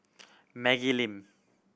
Maggie Lim